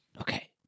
Okay